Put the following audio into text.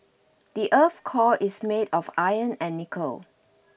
the earth's core is made of iron and nickel